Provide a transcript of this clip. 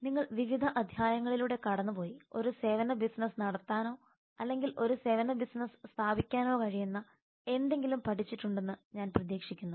നിങ്ങൾ വിവിധ അധ്യായങ്ങളിലൂടെ കടന്നുപോയി ഒരു സേവന ബിസിനസ്സ് നടത്താനോ അല്ലെങ്കിൽ ഒരു സേവന ബിസിനസ്സ് സ്ഥാപിക്കാനോ കഴിയുന്ന എന്തെങ്കിലും പഠിച്ചിട്ടുണ്ടെന്ന് ഞാൻ പ്രതീക്ഷിക്കുന്നു